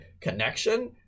connection